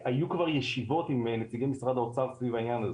היו כבר ישיבות עם נציגי משרד האוצר סביב העניין הזה,